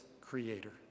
creator